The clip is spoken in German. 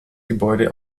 gebäude